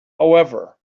however